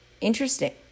Interesting